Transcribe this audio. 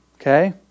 Okay